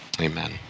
amen